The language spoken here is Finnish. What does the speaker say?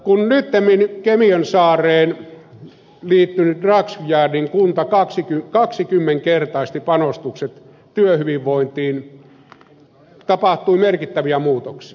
kun nyttemmin kemiönsaareen liittynyt dragsfjärdin kunta kaksikymmenkertaisti panostukset työhyvinvointiin tapahtui merkittäviä muutoksia